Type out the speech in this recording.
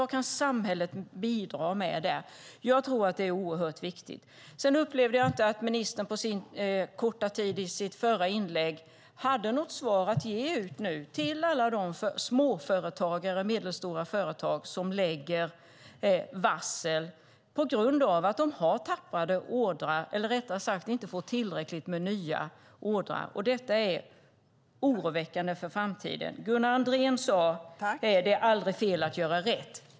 Vad kan samhället bidra med där? Jag tror att det är oerhört viktigt. Sedan upplevde jag inte att ministern hade något svar att ge till alla de små och medelstora företag som nu lägger varsel på grund av att de har tappat order, eller rättare sagt inte får tillräckligt med nya. Detta är oroväckande för framtiden. Gunnar Andrén sade: Det är aldrig fel att göra rätt.